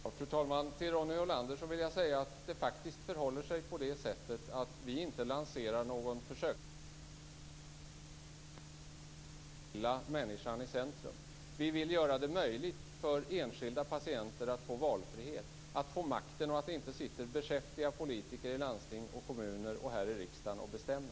Fru talman! Jag vill säga till Ronny Olander att vi faktiskt inte lanserar någon försöksverksamhet. Vi sätter den enskilda människan i centrum. Vi vill göra det möjligt för enskilda patienter att få valfrihet och makt. Det skall inte sitta beskäftiga politiker i landsting och kommuner och här i riksdagen och bestämma.